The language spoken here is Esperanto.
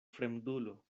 fremdulo